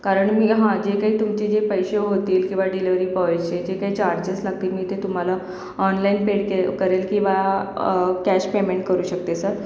कारण मी हं जे काही तुमचे जे पैसे होतील किंवा डिलेव्हरी बॉयचे जे काही चार्जेस लागतील मी ते तुम्हाला ऑनलाईन पेड केल करेल किंवा कॅश पेमेंट करू शकते सर